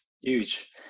Huge